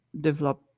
develop